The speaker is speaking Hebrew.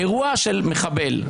אירוע של מחבל.